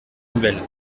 nouvelle